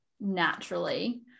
naturally